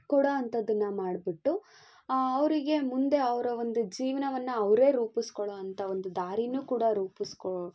ಕೊಡುವಂತದ್ದನ್ನ ಮಾಡ್ಬಿಟ್ಟು ಅವರಿಗೆ ಮುಂದೆ ಅವರ ಒಂದು ಜೀವನವನ್ನಅವರೆ ರೂಪಿಸಿಕೊಳ್ಳೊವಂಥ ಒಂದು ದಾರಿಯು ಕೂಡ ರೂಪಿಸ್ಕೊ